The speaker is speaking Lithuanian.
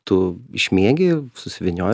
tu išmiegi susivynioji